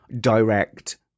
direct